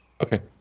Okay